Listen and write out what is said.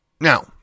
Now